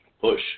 push